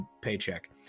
paycheck